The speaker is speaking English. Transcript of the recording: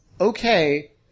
okay